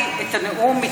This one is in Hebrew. אז סליחה.